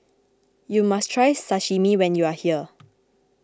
you must try Sashimi when you are here